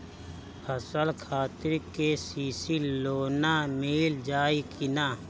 फसल खातिर के.सी.सी लोना मील जाई किना?